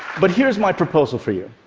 but here's my proposal for you.